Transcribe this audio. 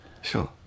Sure